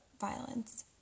violence